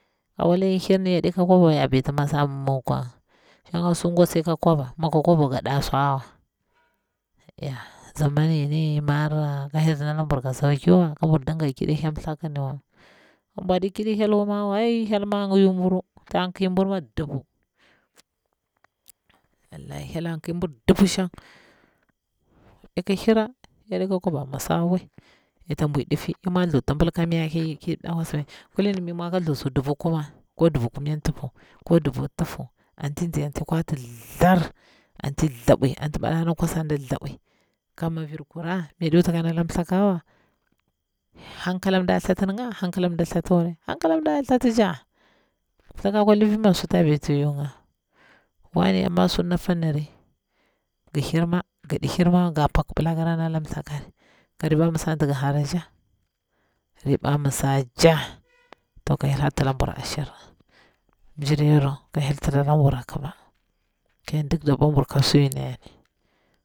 Ka wala i hirni yaɗi ka kwdawa ya beti mesa mimmi kwang, nshag su gwang sai ka kwaba mi kwaba wa nga ɗa swawa zaman yini ni mara ka hyel nda burur ka sauki wa, ka bur ƙiɗi hyeltha ku mi bwaɗi kiɗi hyelthaku mawa, hyel ni ma ta lai buru, taƙi buru ɗipu wallahi byel a ƙi buru dippu nshang ik hira yaɗi ka kwaba masa wa, ita bwui difi ki mwa thu tibil ita thu tibil kemnya ki kwas ya, kulin mi mwa ka thlu sur dubu kuma ko dubu kumnya thfu ko dubu tufu, anti nzi anti kwati nzthir, anti thabwi anti madana kwasa anti do thabwui, ka mi vir kura ni yaɗi wut ka nda thakewa hankala mdi a thattiniga hankdemdi athatti wari, hankala mda a thetti tcha, a thakwang lifima ensunat nde biti yunga, wane amma surna apinniri gir hirma gaɗi hirwa ma nya paktari kara nda mthakari, ka riba mi swari tig ngi hara toha to ka hyel harta la bur ashir mjiryaru ka hyel tira labwur akima, ka hyel. diki dabwaru ka shyer gimi.